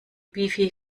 wifi